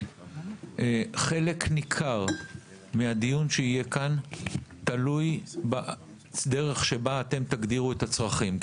חלק ניכר מהדיון שיהיה כאן תלוי בדרך שבה אתם תגדירו את הצרכים.